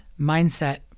mindset